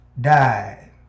died